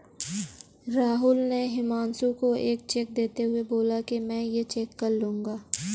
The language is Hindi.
राहुल ने हुमांशु को एक चेक देते हुए बोला कि मैं ये चेक कल लूँगा